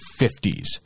50s